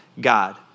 God